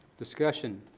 discussion.